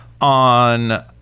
on